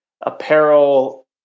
apparel